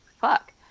fuck